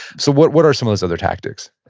so what what are some of those other tactics?